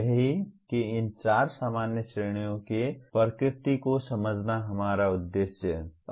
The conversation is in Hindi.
यही कि इन चार सामान्य श्रेणियों की प्रकृति को समझना हमारा उद्देश्य है